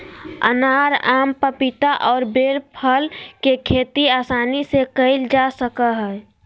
अनार, आम, पपीता और बेल फल के खेती आसानी से कइल जा सकय हइ